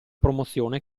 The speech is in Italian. promozione